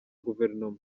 guverinoma